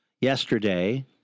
Yesterday